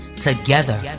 together